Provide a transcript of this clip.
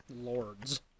Lords